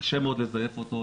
קשה מאוד לזייף אותו,